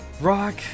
rock